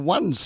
One